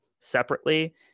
separately